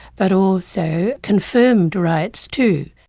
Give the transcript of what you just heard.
but also confirmed rights too.